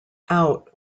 out